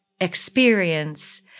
experience